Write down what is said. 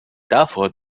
davor